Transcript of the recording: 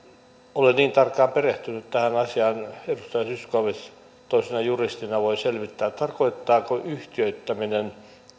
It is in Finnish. ole niin tarkkaan perehtynyt tähän asiaan edustaja zyskowicz toisena juristina voi selvittää tarkoittaako yhtiöittäminen